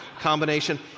combination